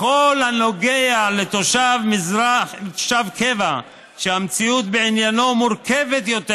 בכל הנוגע לתושב קבע שהמציאות בעניינו מורכבת יותר,